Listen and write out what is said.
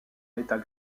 l’état